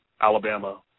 Alabama